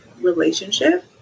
relationship